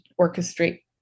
orchestrate